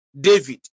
David